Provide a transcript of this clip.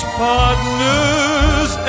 partners